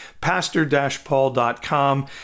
pastor-paul.com